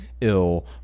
ill